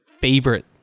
favorite